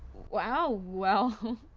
wow, well,